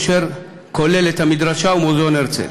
אשר כולל את המדרשה ואת מוזיאון הרצל.